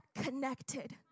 connected